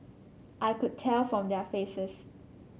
I could tell from their faces